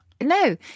No